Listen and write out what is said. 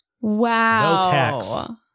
Wow